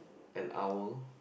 an owl